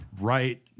right